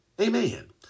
Amen